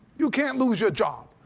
you can't lose your job.